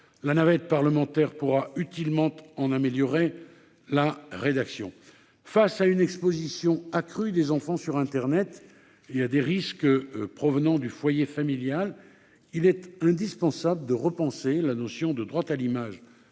La navette parlementaire pourra utilement améliorer la rédaction. Face à une exposition accrue des mineurs sur internet et à des risques provenant du foyer familial, il est indispensable de repenser la notion de droit à l'image